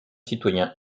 citoyen